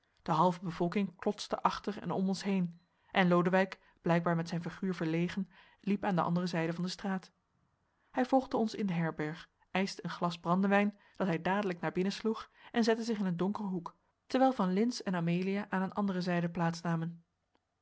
de halve bevolking klotste achter en om ons heen en lodewijk blijkbaar met zijn figuur verlegen liep aan de andere zijde van de straat hij volgde ons in de herberg eischte een glas brandewijn dat hij dadelijk naar binnen sloeg en zette zich in een donkeren hoek terwijl van lintz en aan een andere zijde plaats namen